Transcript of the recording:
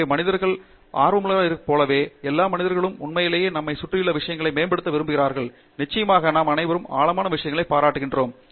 எனவே மனிதர்கள் ஆர்வமுள்ளவர்கள் போலவே எல்லா மனிதர்களும் உண்மையில் நம்மைச் சுற்றியுள்ள விஷயங்களை மேம்படுத்த விரும்புகிறார்கள் நிச்சயமாக நாம் அனைவருமே அழகான விஷயங்களைப் பாராட்டுகிறோம்